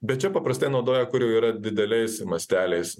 bet čia paprastai naudoja kur jau yra dideliais masteliais